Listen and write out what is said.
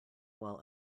while